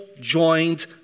joined